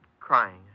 crying